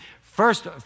first